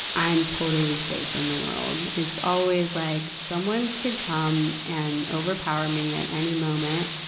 i'm totally safe in the world. it's always like someone could come and overpower me at any moment.